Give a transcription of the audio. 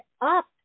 up